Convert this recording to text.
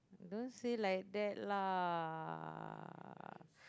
don't say like that lah